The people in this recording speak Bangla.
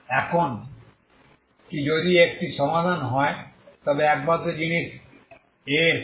এখন কি যদি এটি একটি সমাধান হয় তবে একমাত্র জিনিস An Bn